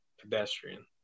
pedestrian